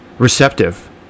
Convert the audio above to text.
Receptive